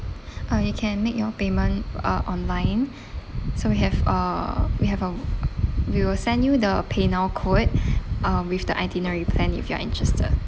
uh you can make your payment uh online so you have uh we have uh we will send you the PayNow code um with the itinerary planned if you are interested